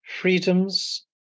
freedoms